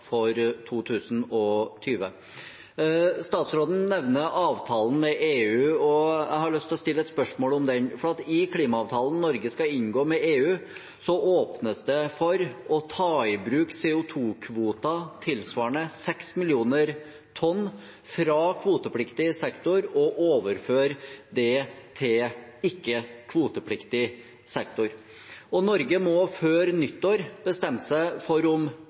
for 2020. Statsråden nevner avtalen med EU, og jeg har lyst til å stille et spørsmål om den. For i klimaavtalen Norge skal inngå med EU, åpnes det for å ta i bruk CO2-kvoter tilsvarende 6 millioner tonn fra kvotepliktig sektor og overføre det til ikke-kvotepliktig sektor. Norge må før nyttår bestemme seg for om